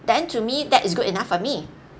then to me that is good enough for me